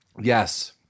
Yes